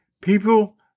People